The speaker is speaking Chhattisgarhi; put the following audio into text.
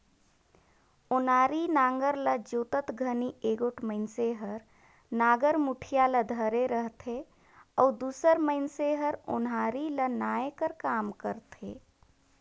ओनारी नांगर ल जोतत घनी एगोट मइनसे हर नागर मुठिया ल धरे रहथे अउ दूसर मइनसे हर ओन्हारी ल नाए कर काम करथे